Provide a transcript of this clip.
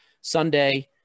Sunday